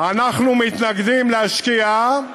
אנחנו מתנגדים להשקעה,